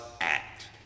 act